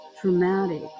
Traumatic